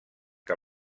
que